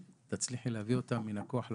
תצליחי להביא אותם מן הכוח לפועל,